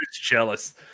jealous